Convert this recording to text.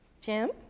Jim